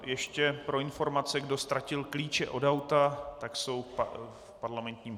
Ještě pro informaci: kdo ztratil klíče od auta, tak jsou v parlamentním bufetu.